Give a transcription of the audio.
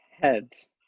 Heads